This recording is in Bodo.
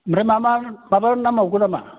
ओमफ्राय मा मा माबा नांबावगौ नामा